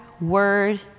word